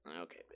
Okay